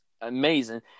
amazing